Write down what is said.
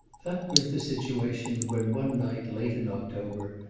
that was the situation when, one night late in october,